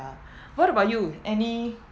what about you any